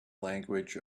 language